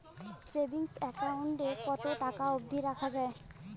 Savings account এ কতো টাকা অব্দি রাখা যায়?